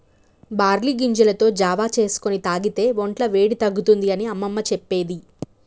barley గింజలతో జావా చేసుకొని తాగితే వొంట్ల వేడి తగ్గుతుంది అని అమ్మమ్మ చెప్పేది